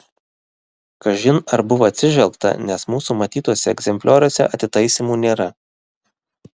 kažin ar buvo atsižvelgta nes mūsų matytuose egzemplioriuose atitaisymų nėra